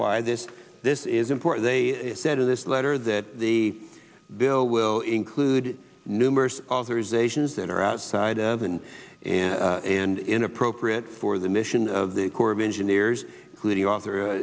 why this this is important they said in this letter that the bill will include numerous authorisations that are outside of and and inappropriate for the mission of the corps of engineers who the author